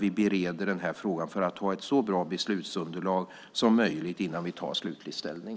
Vi bereder frågan för att ha ett så bra beslutsunderlag som möjligt innan vi tar slutlig ställning.